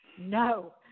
No